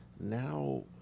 now